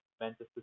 Manchester